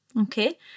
Okay